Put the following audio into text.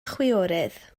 chwiorydd